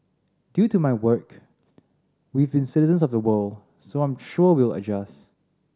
due to my work we've been citizens of the world so I'm sure we'll adjust